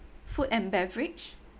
food and beverage